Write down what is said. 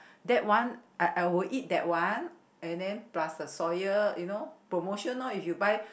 that one I I would eat that one and then plus a soya you know promotion loh if you buy